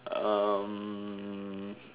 um